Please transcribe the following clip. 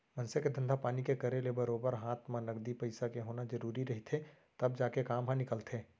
मनसे के धंधा पानी के करे ले बरोबर हात म नगदी पइसा के होना जरुरी रहिथे तब जाके काम ह निकलथे